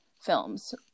films